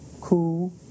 cool